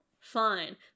fine